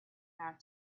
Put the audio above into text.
not